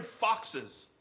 foxes